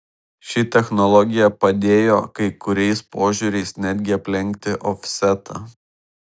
ši technologija padėjo kai kuriais požiūriais netgi aplenkti ofsetą